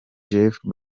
jeff